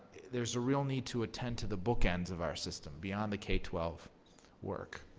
there's a real need to attend to the bookends of our system beyond the k twelve work.